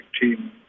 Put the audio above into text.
team